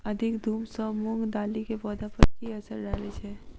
अधिक धूप सँ मूंग दालि केँ पौधा पर की असर डालय छै?